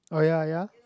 oh ya ya